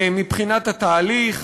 מבחינת התהליך.